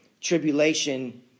tribulation